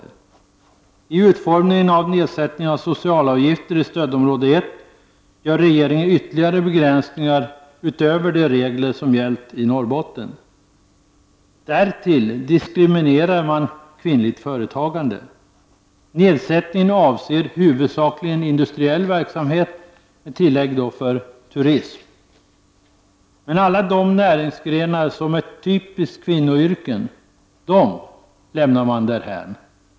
I fråga om utformningen av nedsättningen av socialavgifter i stödområde 1 gör regeringen ytterligare begränsningar utöver de regler som har gällt för Norrbotten. Därtill diskriminerar man kvinnligt företagande. Nedsättningen avser huvudsakligen industriell verksamhet — turism kan tilläggas. Men alla de näringsgrenar som omfattar typiska kvinnoyrken lämnar man därhän.